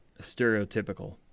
stereotypical